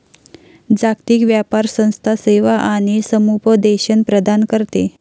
जागतिक व्यापार संस्था सेवा आणि समुपदेशन प्रदान करते